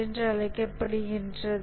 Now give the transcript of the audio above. என்றும் அழைக்கப்படுகிறது